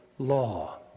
law